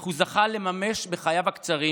אך הוא זכה לממש בחייו הקצרים